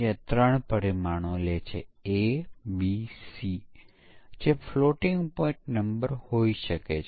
અને સમીક્ષા simulation verification પ્રવૃત્તિઓ જે તેઓ વિકાસના તબક્કામાં થાય છે તે પણ ડેવલપર્સ દ્વારા કરવામાં આવે છે